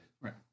Right